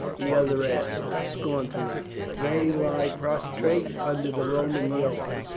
the other asked scornfully they lie prostrate under the roman yoke.